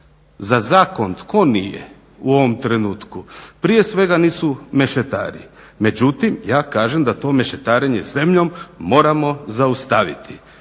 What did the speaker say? Za zakon tko nije u ovom trenutku? Prije svega nisu mešetari. Međutim, ja kažem da to mešetarenje zemljom moramo zaustaviti.